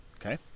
Okay